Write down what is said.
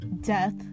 death